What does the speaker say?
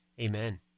Amen